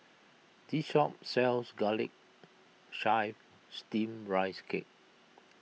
this shop sells Garlic Chives Steamed Rice Cake